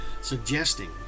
suggesting